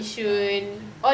ah okay